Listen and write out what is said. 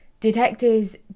Detectives